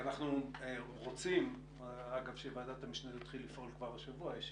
אנחנו רוצים שוועדת המשנה תתחיל לפעול כבר השבוע יש